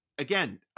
Again